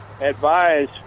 advise